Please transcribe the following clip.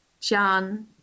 John